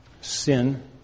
sin